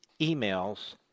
emails